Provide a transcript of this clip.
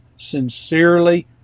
sincerely